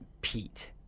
Pete